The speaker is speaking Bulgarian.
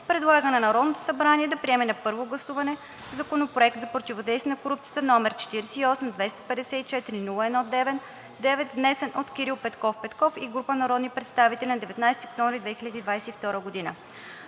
предлага на Народното събрание да приеме на първо гласуване Законопроект за противодействие на корупцията, № 48-254-01-9, внесен от Кирил Петков Петков и група народни представители на 19 октомври 2022 г.;